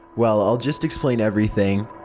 well, i'll just explain everything.